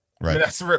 Right